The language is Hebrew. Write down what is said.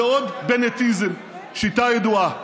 זה עוד בנטיזם, שיטה ידועה.